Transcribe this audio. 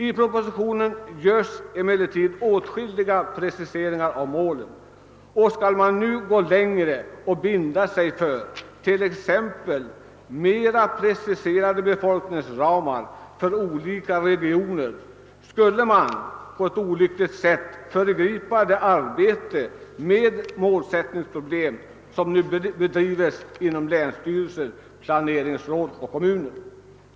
I propositionen görs emellertid åtskilliga preciseringar av målen, och skulle man nu gå längre och binda sig för t.ex. mera preciserade befolkningsramar för olika regioner skulle man på ett olyckligt sätt föregripa det arbete med målsättningsproblemen som nu bedrivs inom länsstyrelser, planeringsråd och kommuner.